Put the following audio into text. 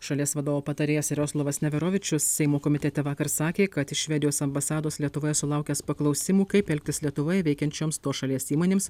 šalies vadovo patarėjas jaroslavas neverovičius seimo komitete vakar sakė kad švedijos ambasados lietuvoje sulaukęs paklausimų kaip elgtis lietuvoje veikiančioms tos šalies įmonėms